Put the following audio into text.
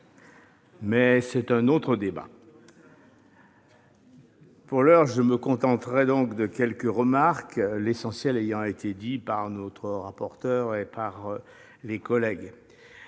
Mais c'est un autre débat. Pour l'heure, je me contenterai de quelques remarques, l'essentiel ayant été dit par notre rapporteure et les